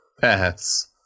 Pass